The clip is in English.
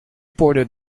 ported